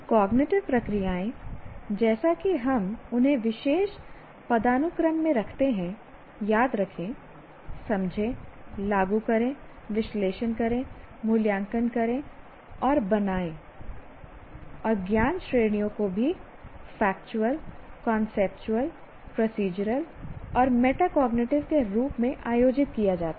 cognitive प्रक्रियाएं जैसा कि हम उन्हें विशेष पदानुक्रम में रखते हैं याद रखें समझें लागू करें विश्लेषण करें मूल्यांकन करें और बनाएं और ज्ञान श्रेणियों को भी फैक्चुअल कॉन्सेप्चुअल प्रोसेड्यूरल और मेटाकॉग्निटिव के रूप में आयोजित किया जाता है